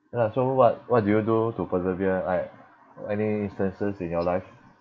ya lah so what what do you do to persevere like any census in your life